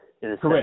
Correct